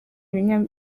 ibinyoma